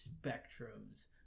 spectrums